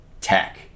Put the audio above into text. tech